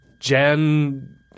Jen